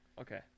Okay